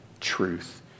truth